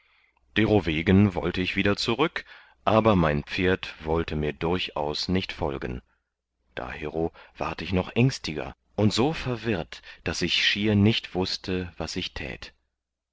derowegen wollte ich wieder zurück aber mein pferd wollte mir durchaus nicht folgen dahero ward ich noch ängstiger und so verwirrt daß ich schier nicht wußte was ich tät